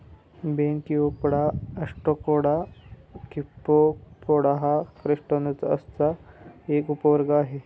Branchiopoda, Ostracoda, Copepoda हा क्रस्टेसिअन्सचा एक उपवर्ग आहे